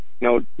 No